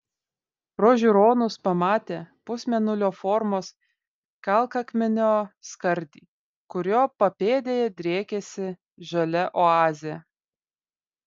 pro žiūronus pamatė pusmėnulio formos kalkakmenio skardį kurio papėdėje driekėsi žalia oazė